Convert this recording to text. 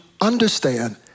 understand